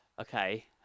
Okay